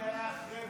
זה ההסכם הראשון,